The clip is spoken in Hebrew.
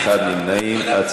למה אתה נמנע, איציק?